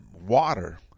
water